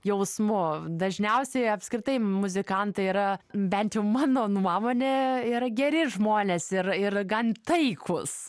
jausmu dažniausiai apskritai muzikantai yra bent jau mano nuomone yra geri žmonės ir ir gan taiklūs